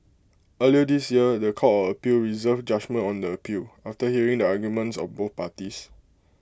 earlier this year The Court of appeal reserved judgement on the appeal after hearing the arguments of both parties